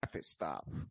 stop